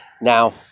Now